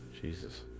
Jesus